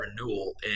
renewal